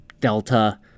delta